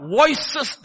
voices